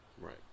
Right